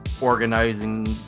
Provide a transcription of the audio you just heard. organizing